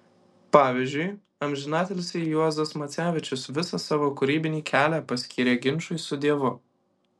pavyzdžiui amžinatilsį juozas macevičius visą savo kūrybinį kelią paskyrė ginčui su dievu